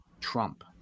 Trump